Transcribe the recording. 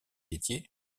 laitiers